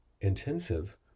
intensive